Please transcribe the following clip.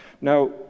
Now